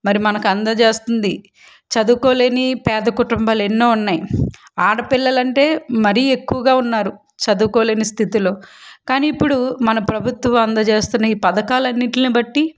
మరి మనకందజేస్తుంది చదువుకోలేని పేద కుటుంబాలెన్నో ఉన్నాయి ఆడపిల్లలంటే మరీ ఎక్కువగా ఉన్నారు చదువుకోలేని స్థితిలో కానీ ఇప్పుడు మన ప్రభుత్వం అందజేస్తున్న ఈ పథకాలన్నింటినీ బట్టి